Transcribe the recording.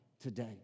today